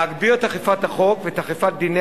להגביר את אכיפת החוק ואת אכיפת דיני